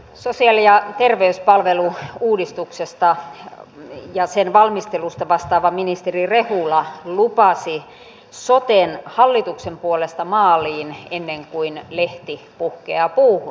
sosiaali ja terveyspalvelu uudistuksesta ja sen valmistelusta vastaava ministeri rehula lupasi soten hallituksen puolesta maaliin ennen kuin lehti puhkeaa puuhun